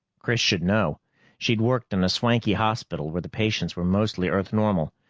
chris should know she'd worked in a swanky hospital where the patients were mostly earth-normal.